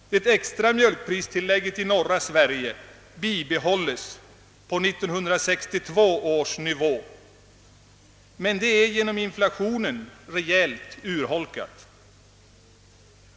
Det extra mjölkpristillägget i norra Sverige bibehålles på 1962 års nivå, men genom inflationen är det reellt urholkat.